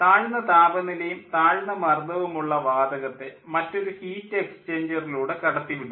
താഴ്ന്ന താപനിലയും താഴ്ന്ന മർദ്ദവുമുള്ള വാതകത്തെ മറ്റൊരു ഹീറ്റ് എക്സ്ചേഞ്ചറിലൂടെ കടത്തി വിടുന്നു